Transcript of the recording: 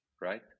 right